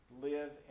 live